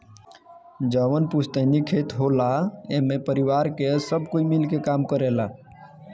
जवन पुस्तैनी खेत होला एमे परिवार के सब कोई मिल के काम करेला